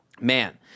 man